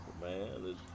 man